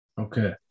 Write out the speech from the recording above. Okay